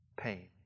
pain